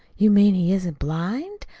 you mean he isn't blind?